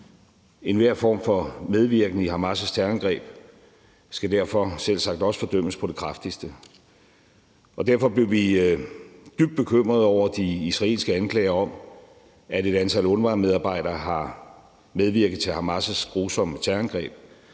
Enhver form for medvirken i Hamas' terrorangreb skal derfor selvsagt også fordømmes på det kraftigste. Derfor blev vi dybt bekymrede over de israelske anklager om, at et antal UNRWA-medarbejdere har medvirket til Hamas' grusomme terrorangreb.